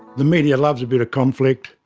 the media loves a bit of conflict,